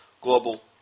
global